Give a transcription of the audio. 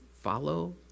follow